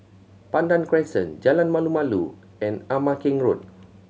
Pandan Crescent Jalan Malu Malu and Ama Keng Road